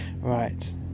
right